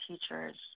teachers